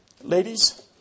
Ladies